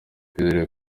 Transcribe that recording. twizere